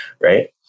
right